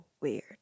Weird